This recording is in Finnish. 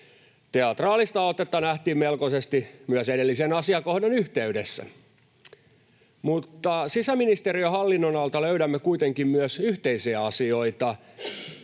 Teatraalista otetta nähtiin melkoisesti myös edellisen asiakohdan yhteydessä. Mutta sisäministeriön hallinnon-alalta löydämme kuitenkin myös yhteisiä asioita,